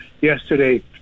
yesterday